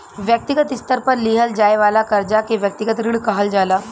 व्यक्तिगत स्तर पर लिहल जाये वाला कर्जा के व्यक्तिगत ऋण कहल जाला